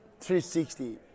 360